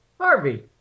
Harvey